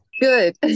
good